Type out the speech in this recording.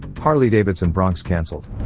harley-davidson bronx canceled?